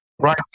Right